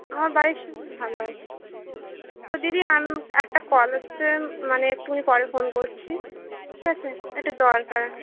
আমার বাড়ির সবাই ভালো আছে তো দিদি একটা কল এসসে মানে একটুখানি পরে ফোন করছি ঠিক আছে একটু দরকার